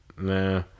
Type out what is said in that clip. Nah